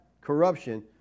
corruption